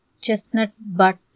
chestnut-butt